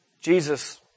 Jesus